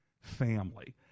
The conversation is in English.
family